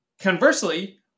Conversely